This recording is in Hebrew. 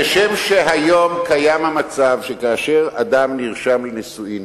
כשם שהיום קיים המצב שכאשר אדם נרשם לנישואים